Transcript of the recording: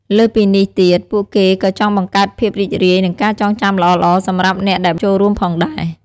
លើសពីនេះទៀត ពួកគេក៏ចង់បង្កើតភាពរីករាយ និងការចងចាំល្អៗសម្រាប់អ្នកដែលចូលរួមផងដែរ។